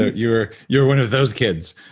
ah you're you're one of those kids.